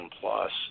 plus